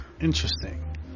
Interesting